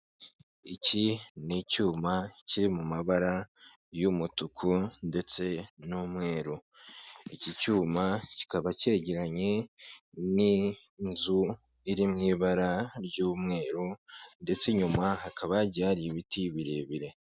Iki ni icyuma kiri mu mabara y'umutuku ndetse n'umweru, iki cyuma kikaba cyegeranye n'inzu iri mu ibara ry'umweru ndetse inyuma hakaba hagiye hari ibiti birebire.